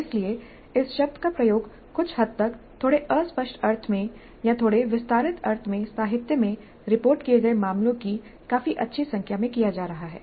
इसलिए इस शब्द का प्रयोग कुछ हद तक थोड़े अस्पष्ट अर्थ में या थोड़े विस्तारित अर्थ में साहित्य में रिपोर्ट किए गए मामलों की काफी अच्छी संख्या में किया जा रहा है